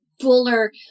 Fuller